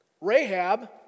Rahab